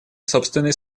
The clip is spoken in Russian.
собственной